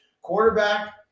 quarterback